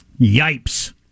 yipes